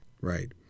Right